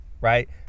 right